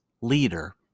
leader